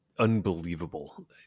Unbelievable